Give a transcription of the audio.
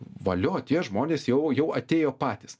valio tie žmonės jau jau atėjo patys